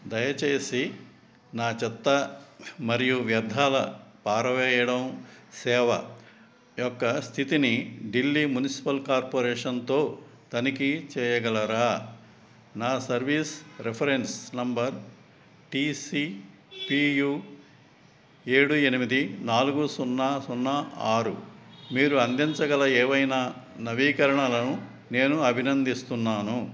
దయచేసి నా చెత్త మరియు వ్యర్థాల పారవేయడం సేవ యొక్క స్థితిని ఢిల్లీ మున్సిపల్ కార్పొరేషన్తో తనిఖీ చేయగలరా నా service reference number T C P U ఏడు ఎనిమిది నాలుగు సున్నా సున్నా ఆరు మీరు అందించగల ఏవైనా నవీకరణలను నేను అభినందిస్తున్నాను